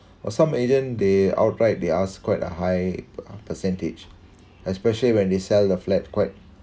or some agent they outright they ask quite a high percentage especially when they sell the flat quite